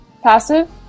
Passive